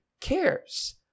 cares